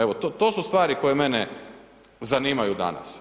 Evo to su stvari koje mene zanimaju danas.